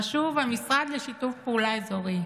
חשוב המשרד לשיתוף פעולה אזורי,